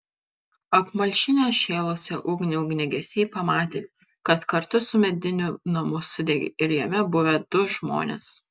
apmalšinę šėlusią ugnį ugniagesiai pamatė kad kartu su mediniu namu sudegė ir jame buvę du žmonės